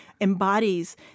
embodies